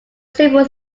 several